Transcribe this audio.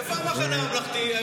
איפה המחנה הממלכתי?